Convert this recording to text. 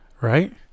right